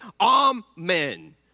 Amen